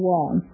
one